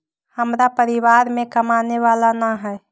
हमरा परिवार में कमाने वाला ना है?